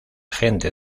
gente